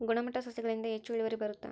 ಗುಣಮಟ್ಟ ಸಸಿಗಳಿಂದ ಹೆಚ್ಚು ಇಳುವರಿ ಬರುತ್ತಾ?